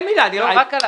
אני רוצה להגיד מילה על זה.